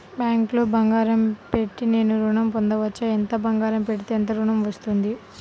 బ్యాంక్లో బంగారం పెట్టి నేను ఋణం పొందవచ్చా? ఎంత బంగారం పెడితే ఎంత ఋణం వస్తుంది?